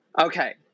Okay